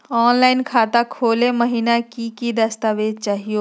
Online खाता खोलै महिना की की दस्तावेज चाहीयो हो?